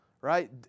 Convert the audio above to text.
right